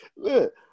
Look